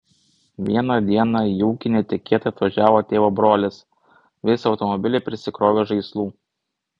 vieną dieną į ūkį netikėtai atvažiavo tėvo brolis visą automobilį prisikrovęs žaislų